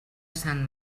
sant